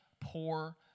poor